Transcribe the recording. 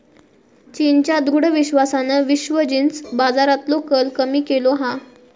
चीनच्या दृढ विश्वासान विश्व जींस बाजारातलो कल कमी केलो हा